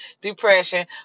depression